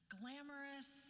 glamorous